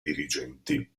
dirigenti